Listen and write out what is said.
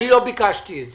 אני לא ביקשתי את